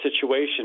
situation